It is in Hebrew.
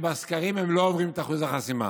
שבסקרים הן לא עוברות את אחוז החסימה.